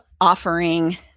offering